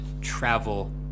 travel